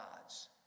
gods